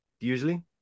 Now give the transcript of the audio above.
usually